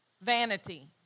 Vanity